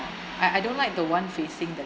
I I don't like the one facing the